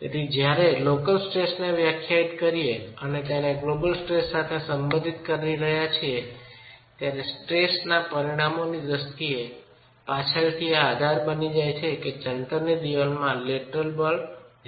તેથી જ્યારે લોકલ સ્ટ્રેસને વ્યાખ્યાયિત કરો અને તેને ગ્લોબલ સ્ટ્રેસ સાથે સંબંધિત કરી રહ્યા છીએ સ્ટ્રેસ ના પરિણામોની દ્રષ્ટિએ પાછળથી આ આધાર બની જાય છે કે ચણતરની દિવાલમાં લેટરલ બળ